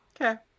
Okay